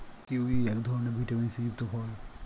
kiwi এক ধরনের vitamin C যুক্ত ফল